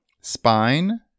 Spine